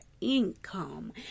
income